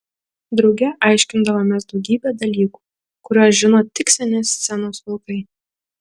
drauge aiškindavomės daugybę dalykų kuriuos žino tik seni scenos vilkai